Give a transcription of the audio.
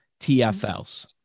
TFLs